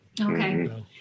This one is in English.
Okay